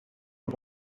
rwo